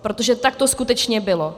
Protože tak to skutečně bylo.